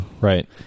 Right